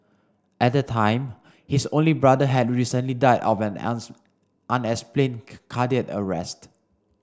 at the time his only brother had recently died of an unexplained cardiac arrest